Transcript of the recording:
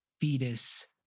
fetus